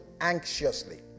anxiously